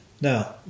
Now